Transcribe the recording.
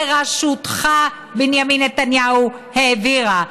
בראשותך, בנימין נתניהו, העבירה?